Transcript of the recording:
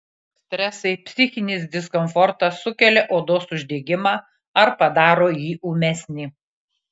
stresai psichinis diskomfortas sukelia odos uždegimą ar padaro jį ūmesnį